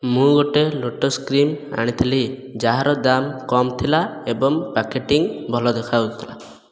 ମୁଁ ଗୋଟିଏ lotus cream ଆଣିଥିଲି ଯାହାର ଦାମ୍ କମ ଥିଲା ଏବଂ ପ୍ୟାକେଟ ଟି ଭଲ ଦେଖାଯାଉଥିଲା